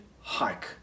hike